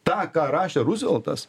tą ką rašė ruzveltas